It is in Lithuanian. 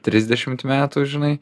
trisdešimt metų žinai